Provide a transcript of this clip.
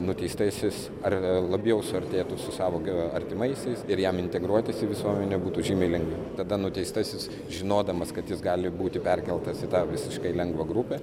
nuteistasis ar labiau suartėtų su savo artimaisiais ir jam integruotis į visuomenę būtų žymiai lengviau tada nuteistasis žinodamas kad jis gali būti perkeltas į tą visiškai lengvą grupę